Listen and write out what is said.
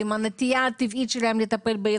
כל טיפול אצל קלינאית תקשורת זה בין 250 ל-350